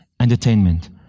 entertainment